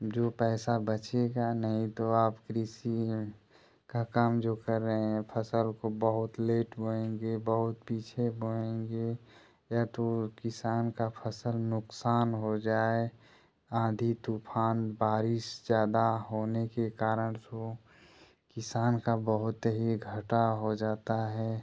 जो पैसा बचेगा नहीं तो आप कृषि का काम जो कर रहे हैं फसल को बहुत लेट बोएंगे बहुत पीछे बोएंगे या तो किसान का फसल नुकसान हो जाए आंधी तूफान बारिश ज़्यादा होने के कारण सो किसान का बहुत ही घाटा हो जाता है